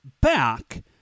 back